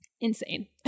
insane